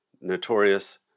notorious